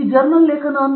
ಇದು ಜರ್ನಲ್ ಲೇಖನವಾಗಿದೆ